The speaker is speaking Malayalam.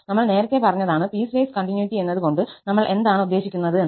നമ്മൾ നേരത്തെ പറഞ്ഞതാണ് പീസ്വൈസ് കണ്ടിന്യൂറ്റി എന്നത്കൊണ്ട് നമ്മൾ എന്താണ് ഉദ്ദേശിക്കുന്നത് എന്ന്